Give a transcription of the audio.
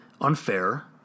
Unfair